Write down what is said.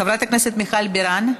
חברת הכנסת מיכל בירן,